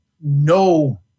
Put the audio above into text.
no